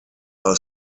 are